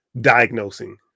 diagnosing